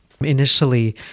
initially